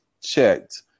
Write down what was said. checked